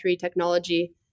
technology